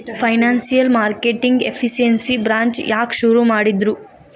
Financial marketing efficiency branch ಯಾಕ್ ಶುರು ಮಾಡಿದ್ರು?